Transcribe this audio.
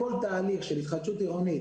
כל תהליך של התחדשות עירונית,